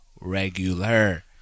regular